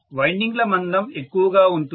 winding ల మందం ఎక్కువగా ఉంటుంది